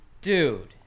Dude